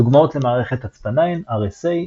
דוגמאות למערכת הצפנה הן RSA,